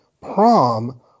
prom